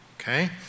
Okay